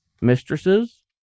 mistresses